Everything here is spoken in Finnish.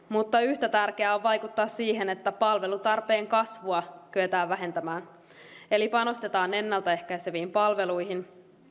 mutta yhtä tärkeää on vaikuttaa siihen että palvelutarpeen kasvua kyetään vähentämään eli panostetaan ennaltaehkäiseviin palveluihin